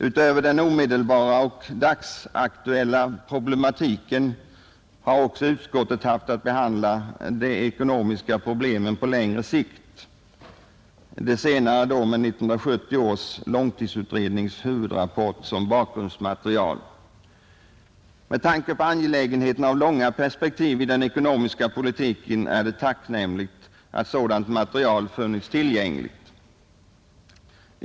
Utöver den omedelbara och dagsaktuella problematiken har utskottet haft att behandla de ekonomiska problemen på längre sikt — det senare med 1970 års långtidsutrednings huvudrapport som bakgrundsmaterial. Med tanke på angelägenheten av långa perspektiv i den ekonomiska politiken är det tacknämligt att sådant material har funnits tillgängligt.